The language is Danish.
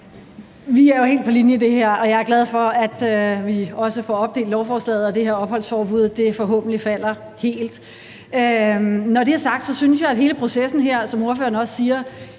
Vi er jo helt på linje i det her, og jeg er også glad for, at vi får opdelt lovforslaget, og at det her opholdsforbud forhåbentlig falder helt. Når det er sagt, synes jeg jo, at hele processen her, som ordføreren også siger,